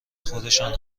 خودشان